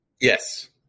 Yes